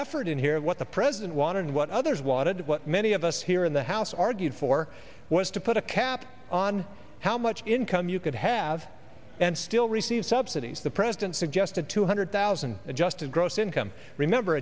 effort in here is what the president wanted what others wanted what many of us here in the house argued for was to put a cap on how much income you could have and still receive subsidies the president suggested two hundred thousand adjusted gross income remember